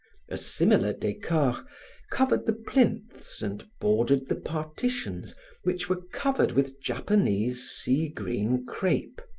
a similar decor covered the plinths and bordered the partitions which were covered with japanese sea-green crepe,